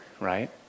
right